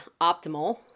optimal